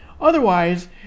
Otherwise